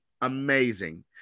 amazing